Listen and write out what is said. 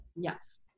Yes